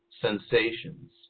sensations